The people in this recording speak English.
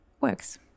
works